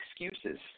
excuses